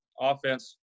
offense